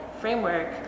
framework